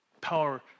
Power